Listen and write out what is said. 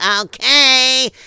Okay